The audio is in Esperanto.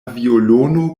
violono